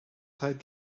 tight